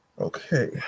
Okay